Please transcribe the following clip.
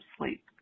sleep